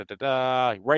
right